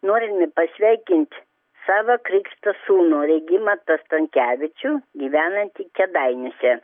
norime pasveikint savo krikšta sūnų regimantą stankevičių gyvenantį kėdainiuose